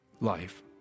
life